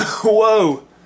Whoa